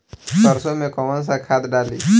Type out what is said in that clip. सरसो में कवन सा खाद डाली?